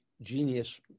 genius